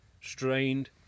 strained